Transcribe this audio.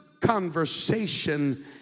conversation